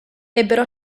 ebbero